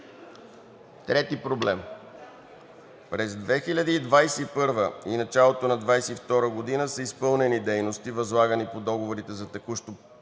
Третият проблем – през 2021 г. и началото на 2022 г. са изпълнени дейности, възлагани по договорите за текущо